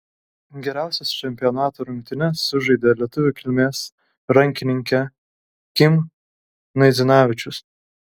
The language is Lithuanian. geriausias čempionato rungtynes sužaidė lietuvių kilmės rankininkė kim naidzinavičius